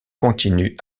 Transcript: continue